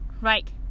right